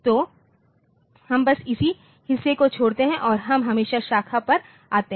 तो हम बस इसी हिस्से को छोड़ते हैं और हम हमेशा शाखा पर आते हैं